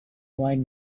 white